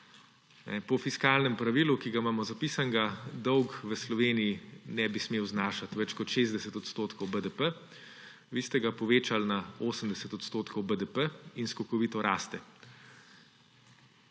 Po fiskalnem pravilu, ki ga imamo zapisanega, dolg v Sloveniji ne bi smel znašati več kot 60 odstotkov BDP. Vi ste ga povečali na 80 odstotkov BDP in skokovito raste.